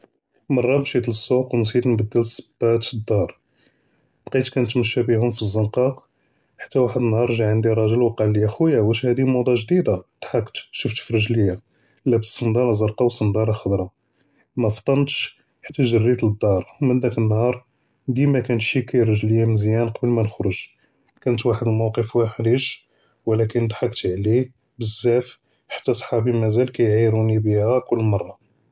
מרא משית לסוק ו נשית נבדל צבאט דאר בקט כנתג׳ה בהם פי זנקה חתה ואחד נהאר גא ענדי רגל ו קאלי א חויה ואש האדי מודה חדשה דחקת שפט פי רגליה לבס צנדאלה זרקה ו צנדאלה חדרה מפטןש חתה גרית ל דאר מן דאק נהאר דימה כנשיקי רגליה מיזיאן קבל מנחרג היתה ואחד מפקוע מחארג ו לקין דחקת עליו בזאף חתה חברי מזאל קיעארוני בי'ה כל מרה.